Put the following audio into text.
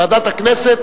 ועדת הכנסת,